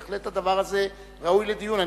ובהחלט הדבר הזה ראוי לדיון.